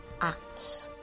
acts